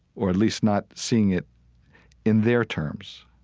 or at least not seeing it in their terms.